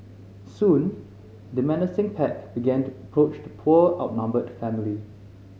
soon the menacing pack began to approach the poor outnumbered family